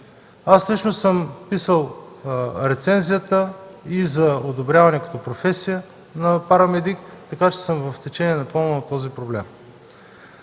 Лично аз съм писал рецензията за одобряване като професия на парамедик, така че напълно съм в течение на този проблем.